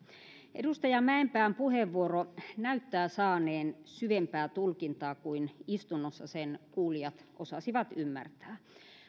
edustaja mäenpään puheenvuoro näyttää saaneen syvempää tulkintaa kuin istunnossa sen kuulijat osasivat ymmärtää